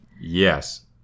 Yes